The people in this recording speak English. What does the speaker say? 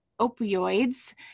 opioids